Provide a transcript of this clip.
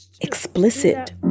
explicit